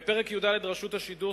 בפרק י"ד: רשות השידור,